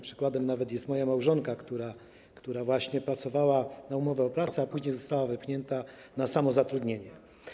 Przykładem tego jest nawet moja małżonka, która właśnie pracowała na umowę o pracę, a później została wypchnięta na samozatrudnienie.